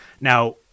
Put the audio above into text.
Now